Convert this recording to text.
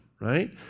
right